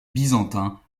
byzantins